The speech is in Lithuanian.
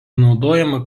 naudojama